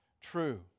true